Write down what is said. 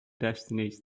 destinies